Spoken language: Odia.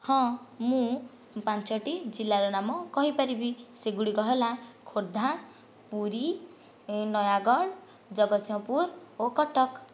ହଁ ମୁଁ ପାଞ୍ଚଟି ଜିଲ୍ଲାର ନାମ କହିପାରିବି ସେଗୁଡ଼ିକ ହେଲା ଖୋର୍ଦ୍ଧା ପୁରୀ ନୟାଗଡ଼ ଜଗତସିଂହପୁର ଓ କଟକ